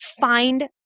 find